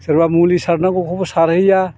सोरबा मुलि सारनांगौखौबो सारहैया